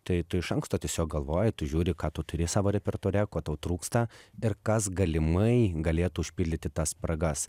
tai tu iš anksto tiesiog galvoji tu žiūri ką tu turi savo repertuare ko tau trūksta ir kas galimai galėtų užpildyti tas spragas